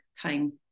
time